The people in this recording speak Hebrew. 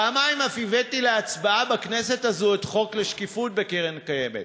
פעמיים אף הבאתי להצבעה בכנסת הזו את החוק לשקיפות בקרן קיימת,